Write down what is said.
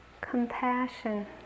Compassion